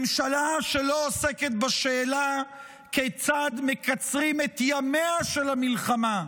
ממשלה שלא עוסקת בשאלה כיצד מקצרים את ימיה של המלחמה,